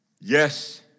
Yes